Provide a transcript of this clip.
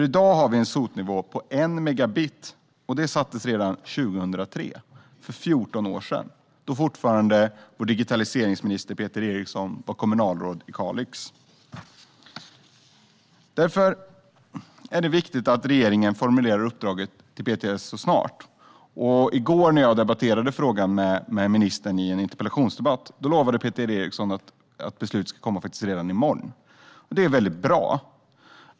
I dag har vi en SOT-nivå på 1 megabit, som sattes redan 2003, för 14 år sedan, då vår digitaliseringsminister Peter Eriksson fortfarande var kommunalråd i Kalix. Därför är det viktigt att regeringen formulerar uppdraget till PTS snarast. När jag i går debatterade frågan med Peter Eriksson i en interpellationsdebatt lovade han att beslut ska komma redan i morgon. Det är väldigt bra.